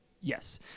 Yes